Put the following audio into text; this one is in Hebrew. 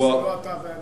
"אנחנו" זה לא אתה ואני,